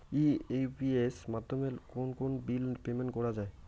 AEPS মাধ্যমে কোন কোন বিল পেমেন্ট করা যায়?